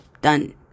Done